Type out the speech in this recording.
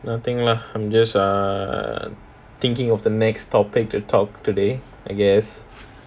nothing lah I'm just err thinking of the next topic to talk today I guess